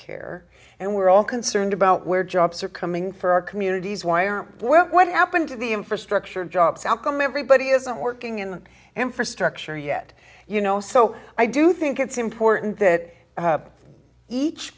care and we're all concerned about where jobs are coming for our communities why aren't what happened to the infrastructure jobs outcome everybody isn't working in infrastructure yet you know so i do think it's important that each